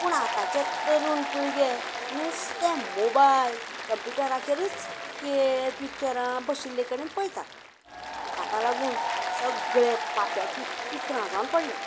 पूण आतांचे तरूण पिळगे नुस्ते मोबायल कंम्पिटराचेरूच खेळ पिच्चरां बशिल्ले कडेन पळयतात ताका लागून सगळे पाप्याचीं पित्रां जावन पडल्या